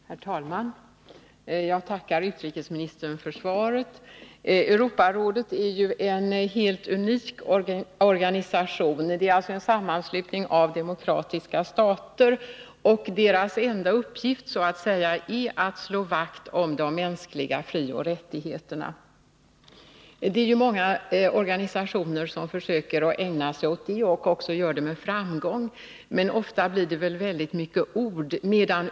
Herr talman! Jag tackar utrikesministern för svaret. Europarådet är en helt unik organisation. Det är en sammanslutning av demokratiska stater, och dess enda uppgift är att slå vakt om de mänskliga frioch rättigheterna. Det är många organisationer som försöker att ägna sig åt det och också gör det med framgång, men ofta blir det väldigt mycket ord.